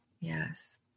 Yes